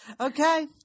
Okay